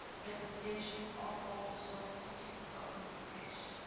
presentation of all the soul teachings of mr keshe.